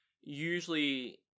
usually